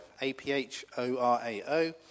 A-P-H-O-R-A-O